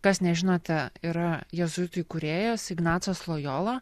kas nežinote yra jėzuitų įkūrėjas ignacas lojola